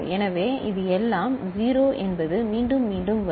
எனவே இது எல்லாம் 0 என்பது மீண்டும் மீண்டும் வரும்